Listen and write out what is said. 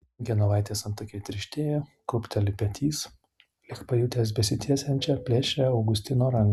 genovaitės antakiai tirštėja krūpteli petys lyg pajutęs besitiesiančią plėšrią augustino ranką